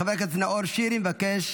חבר הכנסת נאור שירי מבקש